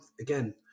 again